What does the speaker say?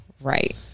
Right